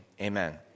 amen